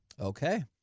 Okay